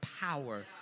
power